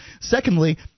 Secondly